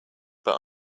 but